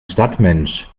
stadtmensch